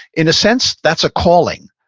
in a sense, that's a calling.